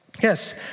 Yes